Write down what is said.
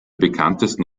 bekanntesten